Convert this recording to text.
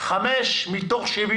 חמש תקנות מתוך 70